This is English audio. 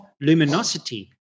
luminosity